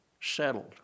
settled